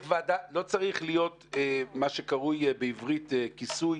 לא צריך להיות מה שקרוי בעברית כיסוי